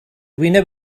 wyneb